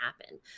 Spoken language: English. happen